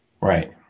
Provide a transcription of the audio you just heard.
Right